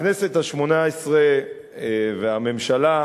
הכנסת השמונה-עשרה והממשלה,